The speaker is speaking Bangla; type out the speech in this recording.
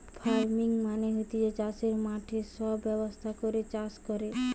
ফার্মিং মানে হতিছে চাষের মাঠে সব ব্যবস্থা করে চাষ কোরে